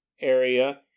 area